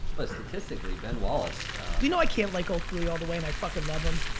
but statistically ben wallace do you know i can't like oakley all the way, and i fucking love him,